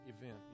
event